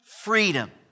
Freedom